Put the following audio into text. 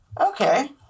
Okay